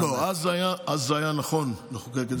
לא, אז זה היה נכון לחוקק את זה.